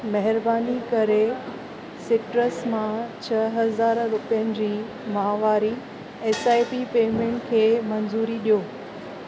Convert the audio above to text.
महिरबानी करे सिट्रस मां छह हज़ार रुपियनि जी माहवारी पेमेंट खे मंज़ूरी ॾियो